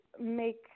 make